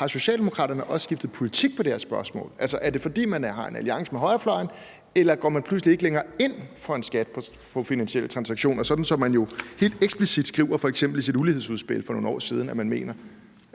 om Socialdemokraterne også har skiftet politik i det her spørgsmål. Altså, er det, fordi man har en alliance med højrefløjen, eller går man pludselig ikke længere ind for en skat på finansielle transaktioner? Det skriver man jo helt eksplicit f.eks. i sit ulighedsudspil for nogle år siden at man gør.